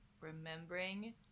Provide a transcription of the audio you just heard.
Remembering